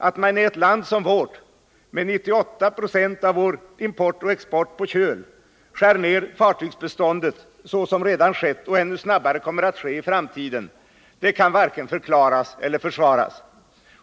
Att man i ett land som vårt, där 98 96 av import och export sker på köl, skär ned fartygsbeståndet så som redan har skett och än snabbare kommer att ske i framtiden kan varken förklaras eller försvaras.